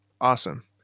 Awesome